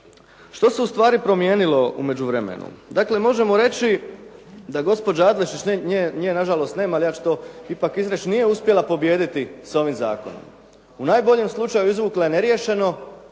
Što se u stvari promijenilo u međuvremenu? Dakle, možemo reći da gospođa Adlešić, nje nažalost nema ali ja ću to ipak izreći, nije uspjela pobijediti sa ovim zakonom. U najboljem slučaju, izvukla je neriješeno